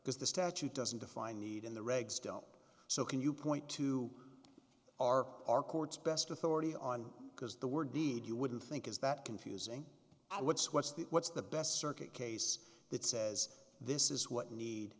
because the statute doesn't define need in the regs don't so can you point to are our courts best authority on because the word deed you wouldn't think is that confusing i would say what's the what's the best circuit case that says this is what need